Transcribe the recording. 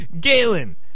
Galen